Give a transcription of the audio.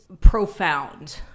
profound